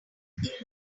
transmit